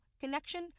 connection